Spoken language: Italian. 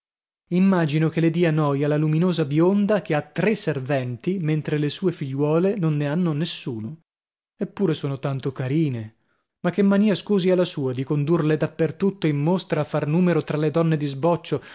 immagino che le dia noia la luminosa bionda che ha tre serventi mentre le sue figliuole non ne hanno nessuno eppure son tanto carine ma che mania scusi è la sua di condurle da per tutto in mostra a far numero tra le donne di sboccio